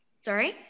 sorry